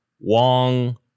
Wong